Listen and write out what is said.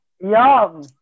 yum